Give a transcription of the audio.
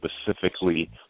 specifically